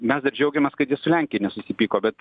mes dar džiaugiamės kad jie su lenkija nesusipyko bet